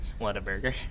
Whataburger